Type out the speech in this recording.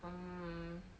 um